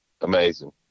Amazing